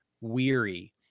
weary